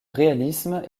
réalisme